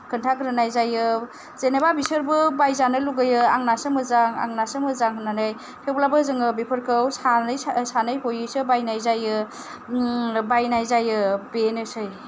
खोन्थाग्रोनाय जायो जेनेबा बिसोरबो बायजानो लुगैयो आंनासो मोजां आंनासो मोजां होननानै थेवब्लाबो जोङो बेफोरखौ सानै सानै हयैसो बायनाय जायो बायनाय जायो बेनोसै